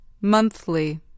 Monthly